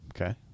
Okay